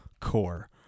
core